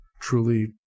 truly